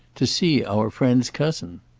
to see our friend's cousin.